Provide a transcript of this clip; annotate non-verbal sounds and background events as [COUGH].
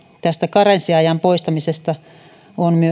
karenssiajan poistamisesta on [UNINTELLIGIBLE]